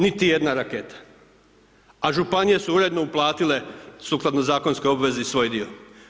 Niti jedna raketa, a županije su uredno uplatile sukladno zakonskoj obvezi svoj dio.